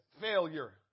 failure